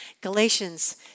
Galatians